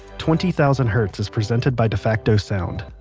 twenty thousand hertz is presented by defacto sound.